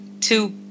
two